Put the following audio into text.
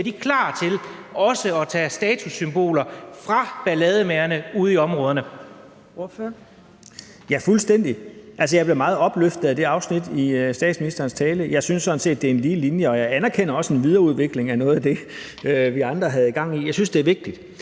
Ordføreren. Kl. 16:20 Søren Pape Poulsen (KF): Ja, fuldstændig. Altså, jeg blev meget opløftet af det afsnit i statsministerens tale. Jeg synes sådan set, det er en lige linje, og jeg anerkender også en videreudvikling af noget af det, vi andre havde i gang i. Jeg synes, det er vigtigt.